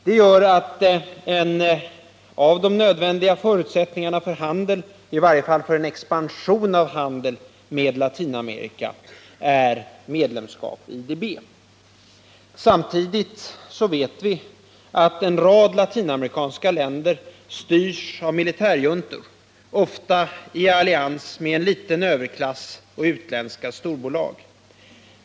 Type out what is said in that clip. Detta gör att en av de nödvändiga förutsättningarna för handeln —i varje fall för en expansion av handeln — med Latinamerika är medlemskap i IDB. Samtidigt vet vi att en rad latinamerikanska länder styrs av militärjuntor, ofta i allians med en liten överklass och utländska storbolag.